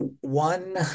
one